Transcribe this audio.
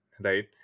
right